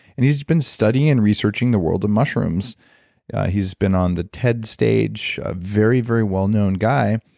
and he's been studying and researching the world of mushrooms he's been on the ted stage, a very, very well-known guy,